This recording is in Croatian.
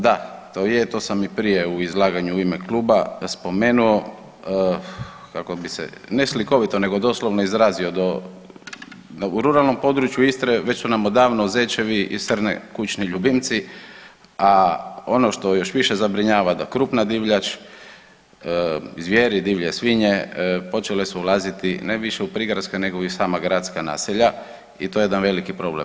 Da, to je, to sam i prije u izlaganju u ime kluba spomenuo kako bi se, ne slikovito nego doslovno izrazio do, u ruralnom području Istre već su nam odavno zečevi i srne kućni ljubimci, a ono što još više zabrinjava da krupna divljač, zvijeri, divlje svinje, počele su ulaziti ne više u prigradska nego i u sama gradska naselja i to je jedan veliki problem.